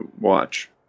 watch